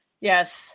yes